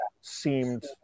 seemed